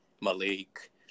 Malik